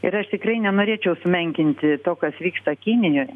ir aš tikrai nenorėčiau sumenkinti to kas vyksta kinijoj